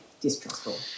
distrustful